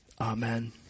Amen